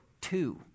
two